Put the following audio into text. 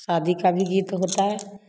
शादी का भी गीत होता है